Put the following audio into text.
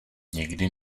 někdy